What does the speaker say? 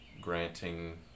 granting